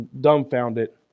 dumbfounded